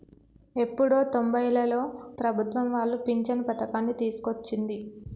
ఎప్పుడో తొంబైలలో ప్రభుత్వం వాళ్లు పించను పథకాన్ని తీసుకొచ్చింది